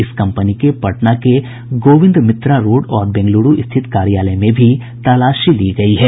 इस कंपनी के पटना के गोविंद मित्रा रोड और बेंगलुरू स्थित कार्यालय में भी तालाशी ली गई है